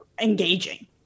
engaging